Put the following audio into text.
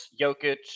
Jokic